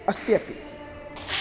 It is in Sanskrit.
अस्ति अपि